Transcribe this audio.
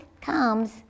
comes